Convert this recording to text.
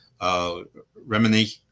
remini